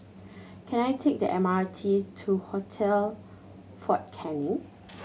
can I take the M R T to Hotel Fort Canning